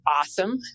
awesome